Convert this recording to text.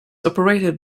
operated